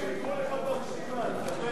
כצל'ה, אחד לפניך.